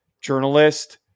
journalist